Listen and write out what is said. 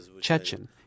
Chechen